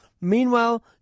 Meanwhile